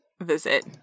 visit